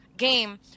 game